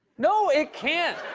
no, it can't!